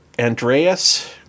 Andreas